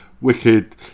wicked